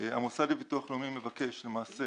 המוסד לביטוח לאומי מבקש למעשה